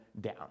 down